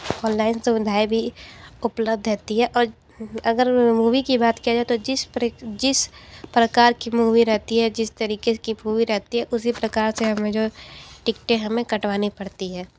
online सुविधाएं भी उपलब्ध रहती है और अगर मूवी की बात किया जाए तो जिस पर जिस प्रकार की मूवी रहती है जिस तरीके की मूवी रहती है उसी प्रकार से हमें जो है टिकटें हमें कटवानी पड़ती है